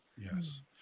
Yes